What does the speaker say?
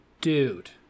Dude